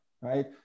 right